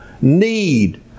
need